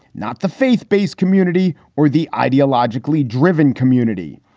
not the faith based community or the ideologically driven community.